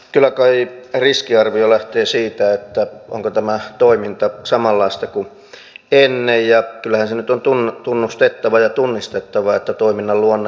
kyllä kai riskiarvio lähtee siitä onko tämä toiminta samanlaista kuin ennen ja kyllähän se nyt on tunnustettava ja tunnistettava että toiminnan luonne muuttuu